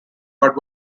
but